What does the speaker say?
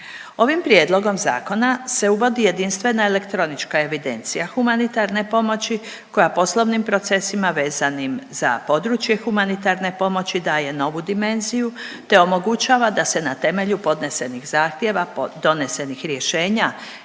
Ovim prijedlogom zakona se uvodi jedinstvena elektronička evidencija humanitarne pomoći koja poslovnim procesima vezanim za područje humanitarne pomoći daje novu dimenziju, te omogućava da se na temelju podnesenih zahtjeva donesenih rješenja